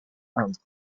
indre